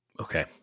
Okay